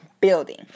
building